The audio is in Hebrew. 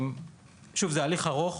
שוב, זה הליך ארוך.